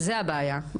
זו הבעיה,